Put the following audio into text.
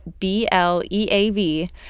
BLEAV